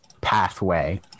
pathway